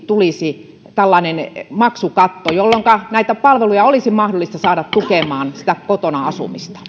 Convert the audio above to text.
tulisi tällainen maksukatto jolloinka palveluja olisi mahdollista saada tukemaan sitä kotona asumista